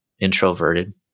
introverted